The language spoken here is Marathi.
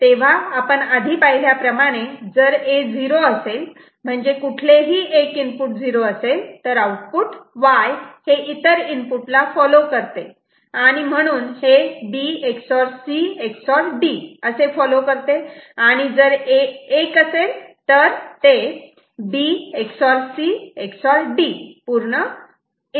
तेव्हा आपण आधी पाहिल्याप्रमाणे जर A 0 असेल म्हणजे कुठलेही एक इनपुट 0 असेल तर आउटपुट Y हे इतर इनपुटला फॉलो करते आणि म्हणून हे B Ex OR C Ex OR D असे फॉलो करते आणि जर A 1 असेल तर ' असे फॉलो करते